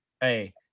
Hey